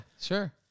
sure